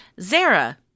Zara